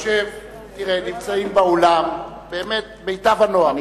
נמצאים באולם באמת מיטב הנוער.